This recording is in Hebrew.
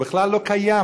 זה בכלל לא קיים,